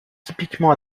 typiquement